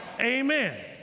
Amen